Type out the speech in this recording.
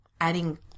adding